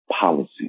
policy